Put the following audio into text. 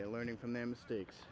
they're learning from their mistakes